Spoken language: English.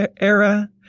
era